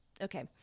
Okay